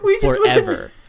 forever